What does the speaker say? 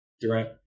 Durant